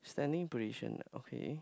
standing position okay